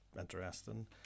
interesting